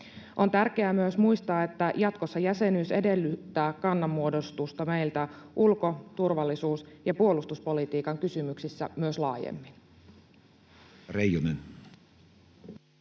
On tärkeää myös muistaa, että jatkossa jäsenyys edellyttää meiltä kannanmuodostusta ulko-, turvallisuus- ja puolustuspolitiikan kysymyksissä myös laajemmin.